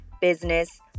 business